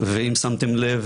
ואם שמתם לב